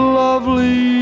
lovely